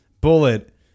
bullet